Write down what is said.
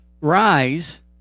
rise